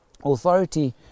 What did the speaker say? authority